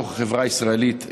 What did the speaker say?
בתוך החברה הישראלית,